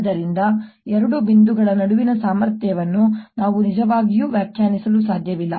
ಆದ್ದರಿಂದ ಎರಡು ಬಿಂದುಗಳ ನಡುವಿನ ಸಾಮರ್ಥ್ಯವನ್ನು ನಾನು ನಿಜವಾಗಿಯೂ ವ್ಯಾಖ್ಯಾನಿಸಲು ಸಾಧ್ಯವಿಲ್ಲ